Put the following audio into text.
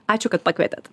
ačiū kad pakvietėt